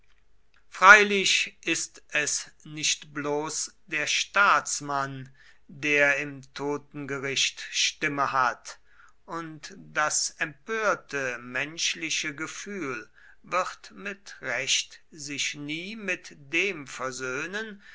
freilich ist es nicht bloß der staatsmann der im totengericht stimme hat und das empörte menschliche gefühl wird mit recht sich nie mit dem versöhnen